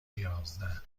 یازده